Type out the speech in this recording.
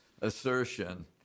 assertion